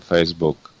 Facebook